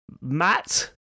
Matt